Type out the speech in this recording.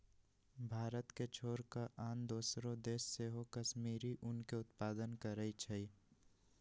भारत के छोर कऽ आन दोसरो देश सेहो कश्मीरी ऊन के उत्पादन करइ छै